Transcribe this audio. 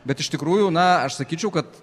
bet iš tikrųjų na aš sakyčiau kad